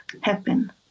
happen